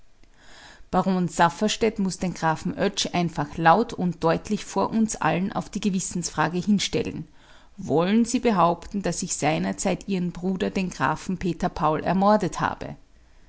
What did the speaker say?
baron safferstätt muß den grafen oetsch einfach laut und deutlich vor uns allen auf die gewissensfrage hin stellen wollen sie behaupten daß ich seinerzeit ihren bruder den grafen peter paul ermordet habe